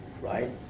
right